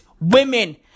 women